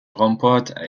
remportent